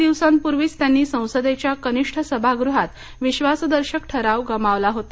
काही दिवसांपूर्वीच त्यांनी संसदेच्या कनिष्ठ सभागृहात विश्वासदर्शक ठराव गमावला होता